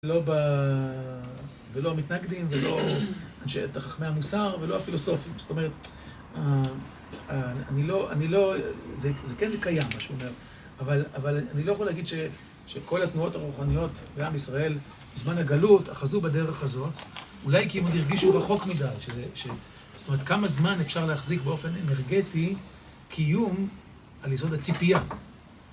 ולא המתנגדים, ולא אנשי... חכמי המוסר, ולא הפילוסופים. זאת אומרת, אני לא, אני לא, זה כן קיים, מה שהוא אומר. אבל אני לא יכול להגיד שכל התנועות הרוחניות בעם ישראל, בזמן הגלות, אחזו בדרך הזאת, אולי כי הם עוד הרגישו רחוק מדי. זאת אומרת, כמה זמן אפשר להחזיק באופן אנרגטי, קיום על יסוד הציפייה.